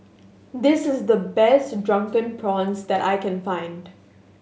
this is the best Drunken Prawns that I can find